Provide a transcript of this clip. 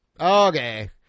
okay